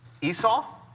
Esau